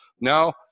now